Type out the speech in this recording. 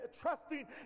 trusting